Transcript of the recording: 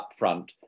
upfront